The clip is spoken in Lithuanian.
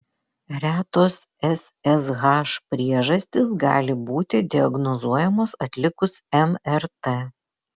retos ssh priežastys gali būti diagnozuojamos atlikus mrt